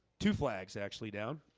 two flags actually down